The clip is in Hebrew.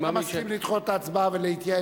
לא מסכים לדחות את ההצבעה ולהתייעץ,